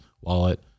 wallet